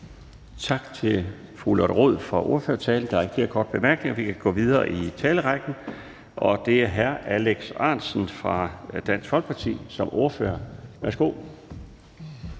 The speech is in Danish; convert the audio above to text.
Tak til fru Lotte Rod for ordførertalen. Der er ikke flere korte bemærkninger. Vi kan gå videre i talerrækken, og det er til hr. Alex Ahrendtsen fra Dansk Folkeparti som ordfører. Værsgo.